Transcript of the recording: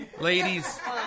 Ladies